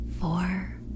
Four